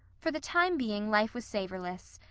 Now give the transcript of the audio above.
for the time being life was savorless,